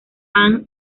aang